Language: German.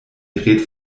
gerät